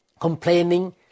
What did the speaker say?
complaining